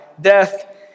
Death